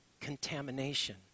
contamination